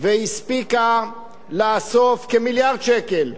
והספיקה לאסוף כמיליארד שקל,